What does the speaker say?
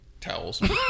Towels